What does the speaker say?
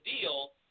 deal